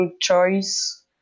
choice